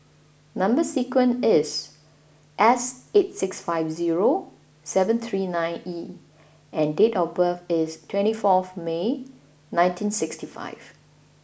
number sequence is S eight six five zero seven three nine E and date of birth is twenty forth May nineteen sixty five